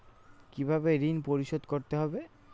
কিভাবে ঋণ পরিশোধ করতে হবে?